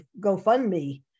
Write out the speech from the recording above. gofundme